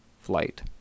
flight